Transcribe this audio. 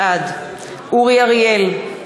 בעד אורי אריאל,